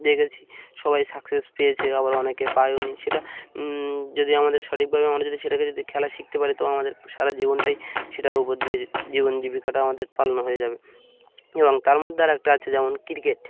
দেখেছি সবাই সাকসেস পেয়েছে আবার অনেকে পায়ওনি সেটা যদি আমাদের সঠিকভাবে আমরা যদি সেটাকে যদি খেলা শিখতে পারি তো আমাদের সারা জীবনটাই সেটার উপর দিয়ে জীবন জীবিকাটা আমাদের পালনো হয়ে যাবে এবং তার মধ্যে আর একটা আছে যেমন ক্রিকেট